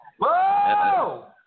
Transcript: Whoa